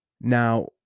Now